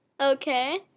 Okay